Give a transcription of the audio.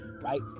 right